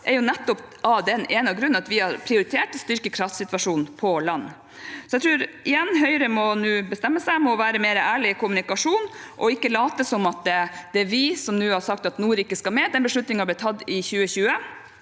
jo nettopp av den ene grunn at vi har prioritert å styrke kraftsituasjonen på land. Så jeg tror, igjen, at Høyre nå må bestemme seg. De må være mer ærlige i kommunikasjonen og ikke late som at det er vi som nå har sagt at nord ikke skal med. Den beslutningen ble tatt i 2020,